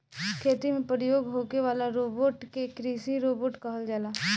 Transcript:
खेती में प्रयोग होखे वाला रोबोट के कृषि रोबोट कहल जाला